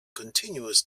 continuous